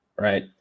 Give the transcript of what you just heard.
right